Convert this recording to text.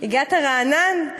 הגעת רענן?